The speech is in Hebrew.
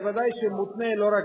וודאי שהוא מותנה לא רק